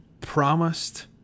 promised